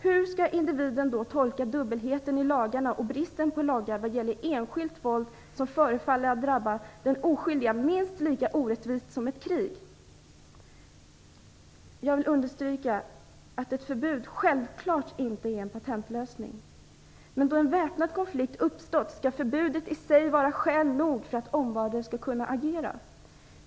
Hur skall individen då tolka dubbelheten i lagarna och bristen på lagar vad gäller enskilt våld som förefaller drabba de oskyldiga minst lika orättvist som ett krig? Jag vill understryka att ett förbud självfallet inte är en patentlösning, men då en väpnad konflikt uppstått skall förbudet i sig vara skäl nog för att omvärlden skall kunna agera.